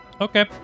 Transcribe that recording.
okay